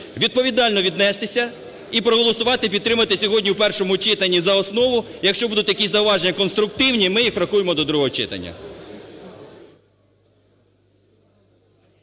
відповідально віднестися і проголосувати, і підтримати сьогодні у першому читанні за основу. Якщо будуть якісь зауваження конструктивні, ми їх врахуємо до другого читання.